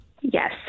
Yes